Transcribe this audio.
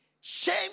shame